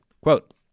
Quote